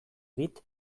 dit